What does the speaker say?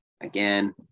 Again